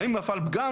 האם נפל פגם?